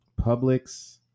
Publix